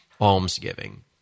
almsgiving